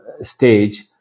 stage